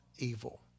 evil